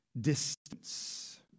distance